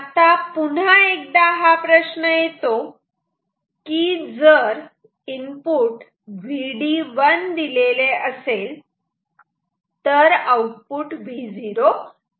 आता पुन्हा एकदा हा प्रश्न येतो की जर इनपुट Vd1 दिलेले असेल तर आउटपुट Vo किती असेल